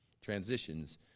transitions